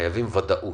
חייבים ודאות.